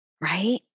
right